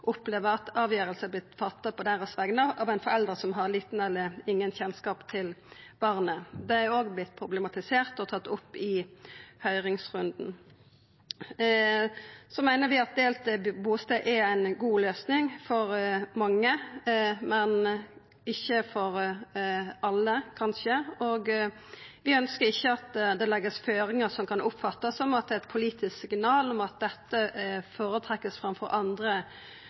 fatta på deira vegner av ein forelder som har liten eller ingen kjennskap til barnet. Det er òg problematisert og tatt opp i høyringsrunden. Vi meiner at delt bustad er ei god løysing for mange, men kanskje ikkje for alle. Vi ønskjer ikkje at det vert lagt føringar som kan oppfattast som eit politisk signal om at dette vert føretrekt framfor andre